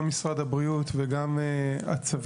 גם משרד הבריאות וגם הצבא,